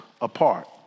apart